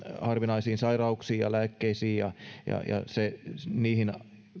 harvinaisiin sairauksiin ja lääkkeisiin ja niihin